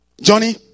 Johnny